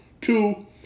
Two